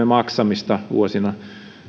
maksamista vuosina